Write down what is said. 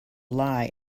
lie